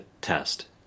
test